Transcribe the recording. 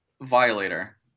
violator